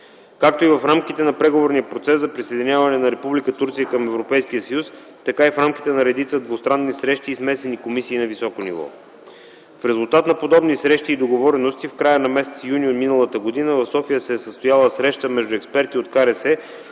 както в рамките на преговорния процес за присъединяване на Република Турция към Европейския съюз, така и в рамките на редица двустранни срещи и смесени комисии на високо ниво. В резултат на подобни срещи и договорености в края на м. юни м.г. в София се е състояла среща между експерти от КРС